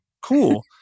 Cool